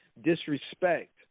disrespect